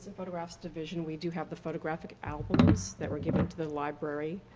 photographs division we do have the photographic albums that were given to the library.